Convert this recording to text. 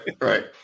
right